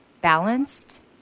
Balanced